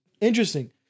interesting